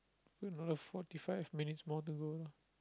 we've got another forty five minutes more to go